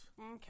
Okay